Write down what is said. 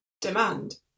demand